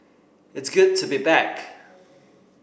it's good to be back